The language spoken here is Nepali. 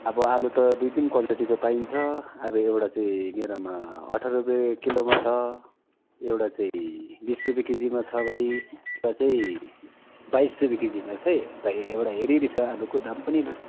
अब आलु त दुई तिन क्वालिटीको पाइन्छ अब एउटा चाहिँ मेरोमा अठार रुपे किलोमा छ एउटा चाहिँ बिस रुपे केजीमा छ भाइ एउटा चाहिँ बाइस रुपे केजीमा छ है भाइ एउटा हेरी हेरी छ आलुको दाम पनि